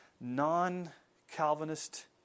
non-Calvinist